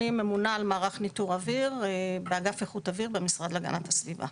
אני ממונה על מערך ניטור אוויר באגף איכות אוויר במשרד להגנת הסביבה.